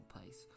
place